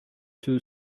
two